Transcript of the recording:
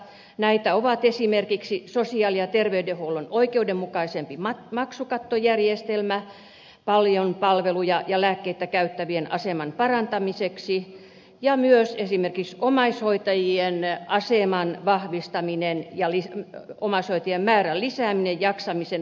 näitä ovat esimerkiksi sosiaali ja terveydenhuollon oikeudenmukaisempi maksukattojärjestelmä paljon palveluja ja lääkkeitä käyttävien aseman parantamiseksi ja myös esimerkiksi omaishoitajien aseman vahvistaminen ja omaishoitajien määrän lisääminen jaksamisen vahvistaminen